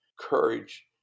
courage